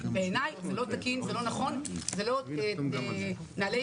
בעיניי זה לא תקין, זה לא נכון, זה לא נהלי